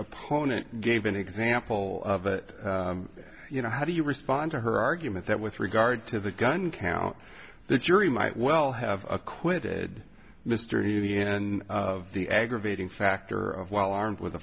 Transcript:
opponent gave an example of it you know how do you respond to her argument that with regard to the gun count the jury might well have acquitted mr healey and of the aggravating factor of well armed with a